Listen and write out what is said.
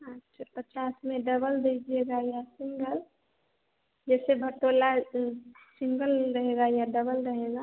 अच्छा पचास में डबल दीजिएगा या सिंगल जैसे भटूरा सिंगल रहेगा या डबल रहेगा